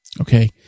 Okay